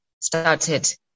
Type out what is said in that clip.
started